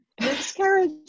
Miscarriage